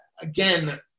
Again